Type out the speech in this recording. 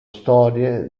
storie